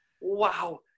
wow